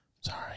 Sorry